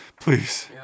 please